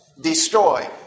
Destroy